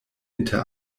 inter